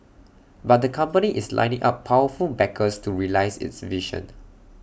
but the company is lining up powerful backers to realise its vision